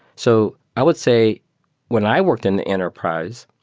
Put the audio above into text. so i would say when i worked in the enterprise,